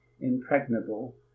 impregnable